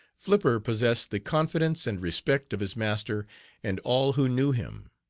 flipper possessed the confidence and respect of his master and all who knew him.